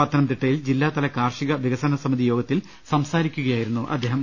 പത്തനംതിട്ടയിൽ ജില്ലാതല കാർഷിക വികസന സമിതി യോഗത്തിൽ സംസാരിക്കുക യായിരുന്നു അദ്ദേഹം